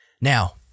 Now